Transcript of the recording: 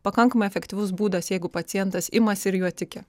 pakankamai efektyvus būdas jeigu pacientas imasi ir juo tiki